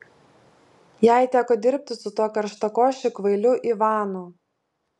jai teko dirbti su tuo karštakošiu kvailiu ivanu